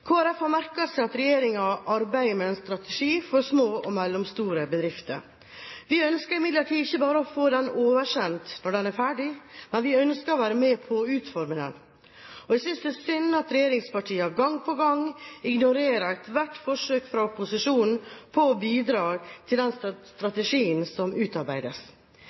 Folkeparti har merket seg at regjeringen arbeider med en strategi for små og mellomstore bedrifter. Vi ønsker imidlertid ikke bare å få den oversendt når den er ferdig, men vi ønsker å være med på å utforme den. Jeg synes det er synd at regjeringspartiene gang på gang ignorerer ethvert forsøk fra opposisjonen på å bidra til den strategien som utarbeides.